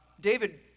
David